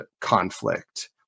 conflict